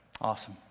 Awesome